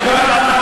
תראה.